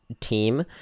team